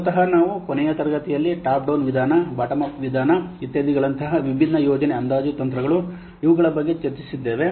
ಮೂಲತಃ ನಾವು ಕೊನೆಯ ತರಗತಿಯಲ್ಲಿ ಟಾಪ್ ಡೌನ್ ವಿಧಾನ ಬಾಟಮ್ ಅಪ್ ವಿಧಾನ ಇತ್ಯಾದಿಗಳಂತಹ ವಿಭಿನ್ನ ಯೋಜನೆ ಅಂದಾಜು ತಂತ್ರಗಳು ಇವುಗಳ ಬಗ್ಗೆ ಚರ್ಚಿಸಿದ್ದೇವೆ